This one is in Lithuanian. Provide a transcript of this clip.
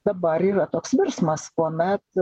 dabar yra toks virsmas kuomet